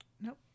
Nope